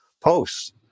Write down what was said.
posts